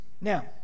Now